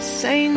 say